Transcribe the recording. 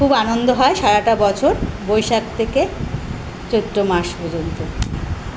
খুব আনন্দ হয় সারাটা বছর বৈশাখ থেকে চৈত্র মাস পর্যন্ত